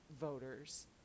voters